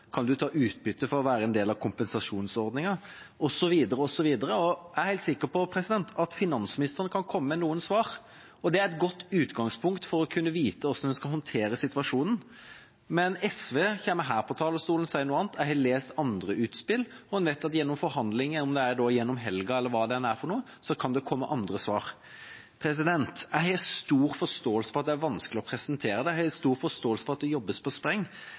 Kan en ta ut utbytte for å være en del av kompensasjonsordningen, osv.? Jeg er helt sikker på at finansministeren kan komme med noen svar, og det er et godt utgangspunkt for å kunne vite hvordan en skal håndtere situasjonen. Men SV kom på talerstolen og sa noe annet, jeg har lest andre utspill, og en vet at gjennom forhandlinger, om det er gjennom helgen eller hva det enn er for noe, kan det komme andre svar. Jeg har stor forståelse for at det er vanskelig å presentere dette, og jeg har stor forståelse for at det jobbes på spreng,